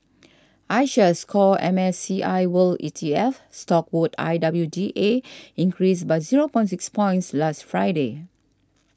iShares Core M S C I world E T F stock code I W D A increased by zero point six points last Friday